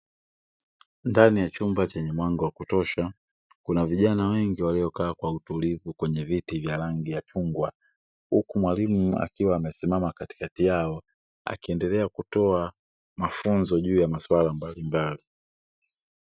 Ndani ya chumba chenye mwanga wa kutosha kuna vijana wengi waliokaa kwa utulivu kwenye viti vya rangi ya chungwa, huku mwalimu akiwa amesimama katikati yao akiendelea kutoa mafunzo juu ya maswala mbalimbali.